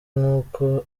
nk’uko